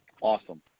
Awesome